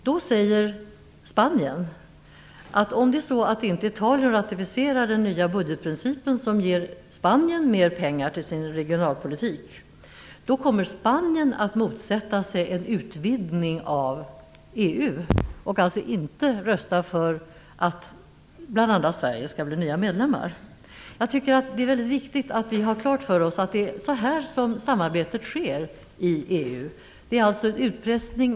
Då säger Spanien att om Italien inte ratificerar den nya budgetprincipen, som ger Spanien mer pengar till sin regionalpolitik, kommer Spanien att motsätta sig en utvidgning av EU och inte rösta för att bl.a. Sverige skall bli ny medlem. Det är viktigt att vi har klart för oss att det är så här samarbetet sker i EU. Det är alltså utpressning.